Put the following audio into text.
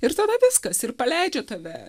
ir tada viskas ir paleidžia tave